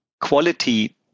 quality